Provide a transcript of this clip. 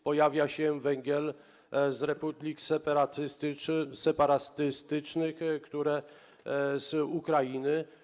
Pojawia się węgiel z republik separatystycznych z Ukrainy.